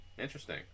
interesting